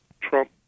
Trump